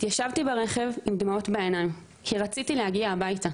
התיישבתי ברכב עם דמעות בעיניים כי רציתי להגיע הביתה.